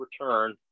Return